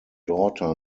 daughter